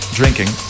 drinking